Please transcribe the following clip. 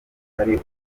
atari